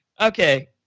Okay